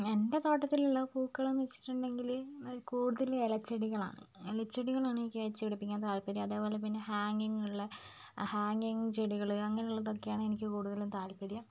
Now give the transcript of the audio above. എന്റെ തോട്ടത്തിലുള്ള പൂക്കളെന്ന് വെച്ചിട്ടുണ്ടെങ്കിൽ കൂടൂതൽ ഇലച്ചെടികളാണ് ഇലച്ചെടികളാണ് എനിക്ക് വെച്ചു പിടിപ്പിക്കാൻ താല്പര്യം അതുപോലെ പിന്നെ ഹാങിങ് ഉള്ള ഹാങിങ് ചെടികൾ അങ്ങനെയുള്ളതൊക്കെയാണ് എനിക്ക് കൂടുതലും താല്പര്യം